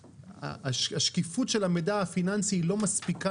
השקיפות של המידע הפיננסי לא מספיקה